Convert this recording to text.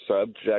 subject